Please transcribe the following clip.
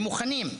הם מוכנים.